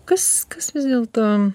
kas kas vis dėlto